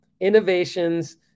innovations